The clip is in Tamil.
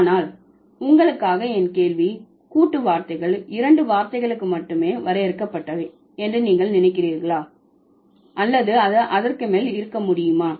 ஆனால் உங்களுக்காக என் கேள்வி கூட்டு வார்த்தைகள் இரண்டு வார்த்தைகளுக்கு மட்டுமே வரையறுக்கப்பட்டவை என்று நீங்கள் நினைக்கிறீர்களா அல்லது அது அதற்கு மேல் இருக்க முடியுமா